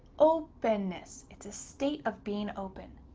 openness. it's a state of being open.